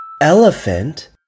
Elephant